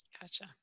Gotcha